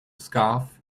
scarf